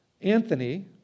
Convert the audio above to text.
Anthony